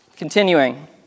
Continuing